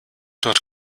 dort